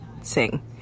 sing